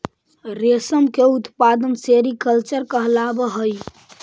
रेशम के उत्पादन सेरीकल्चर कहलावऽ हइ